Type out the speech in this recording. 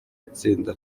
itsinda